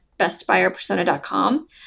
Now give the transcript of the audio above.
bestbuyerpersona.com